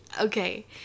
okay